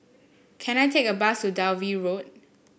can I take a bus to Dalvey Road